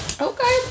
Okay